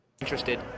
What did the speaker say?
interested